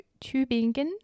Tübingen